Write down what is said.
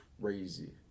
crazy